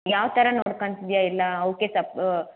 ಯಾವ ಥರ ನೋಡ್ಕೊಂತಿದ್ದಿಯಾ ಎಲ್ಲ ಅವಕ್ಕೆ ಸಪ